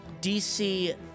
DC